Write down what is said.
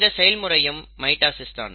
இந்த செயல் முறையும் மைட்டாசிஸ் தான்